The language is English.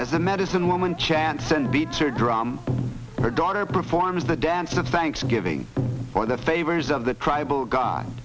as a medicine woman chants and beads or drum her daughter performs the dance of thanksgiving for the favors of the tribal god